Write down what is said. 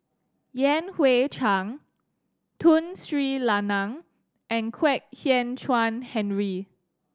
Yan Hui Chang Tun Sri Lanang and Kwek Hian Chuan Henry